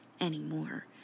anymore